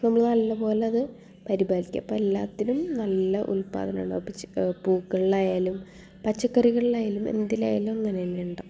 so നമ്മൾ നല്ല പോലത് പരിപാലിക്കുക അപ്പോൾ എല്ലാത്തിനും നല്ല ഉൽപാദനമുണ്ടാകും പച്ച് പൂക്കളിലായാലും പച്ചക്കറികളിലായാലും എന്തിലായാലും അങ്ങനന്നെയുണ്ടാകും